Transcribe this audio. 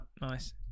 Nice